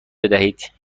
بدهید